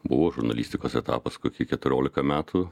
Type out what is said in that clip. buvo žurnalistikos etapas kokį keturiolika metų